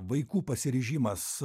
vaikų pasiryžimas